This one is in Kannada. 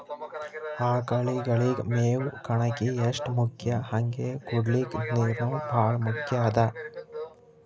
ಆಕಳಗಳಿಗ್ ಮೇವ್ ಕಣಕಿ ಎಷ್ಟ್ ಮುಖ್ಯ ಹಂಗೆ ಕುಡ್ಲಿಕ್ ನೀರ್ನೂ ಭಾಳ್ ಮುಖ್ಯ ಅದಾ